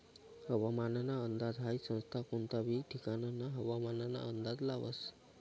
हवामानना अंदाज हाई संस्था कोनता बी ठिकानना हवामानना अंदाज लावस